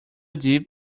deep